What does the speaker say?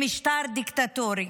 למשטר דיקטטורי.